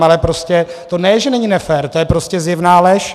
Ale prostě to ne že není nefér, to je prostě zjevná lež.